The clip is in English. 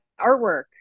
artwork